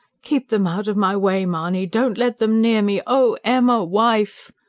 keep them out of my way, mahony! don't let them near me oh, emma. wife!